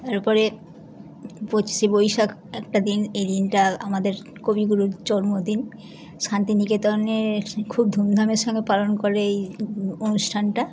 এরপরে পঁচিশে বৈশাখ একটা দিন এদিনটা আমাদের কবিগুরুর জন্মদিন শান্তিনিকেতনে খুব ধুমধামের সঙ্গে পালন করে এই অনুষ্ঠানটা